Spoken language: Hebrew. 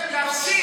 תפסיק.